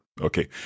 Okay